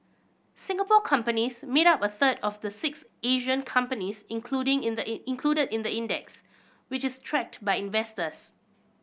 Singapore companies made up a third of the six Asian companies including in the included in the index which is tracked by investors